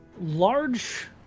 large